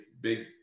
big